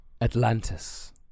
Atlantis